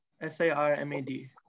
S-A-R-M-A-D